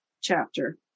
chapter